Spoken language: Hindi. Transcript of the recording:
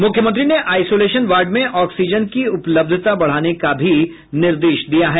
मुख्यमंत्री ने आइसोलेशन वार्ड में ऑक्सीजन की उपलब्धता बढ़ाने का भी निर्देश दिये हैं